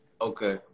Okay